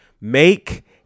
make